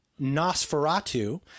nosferatu